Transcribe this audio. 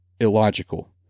illogical